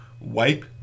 wipe